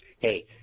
Hey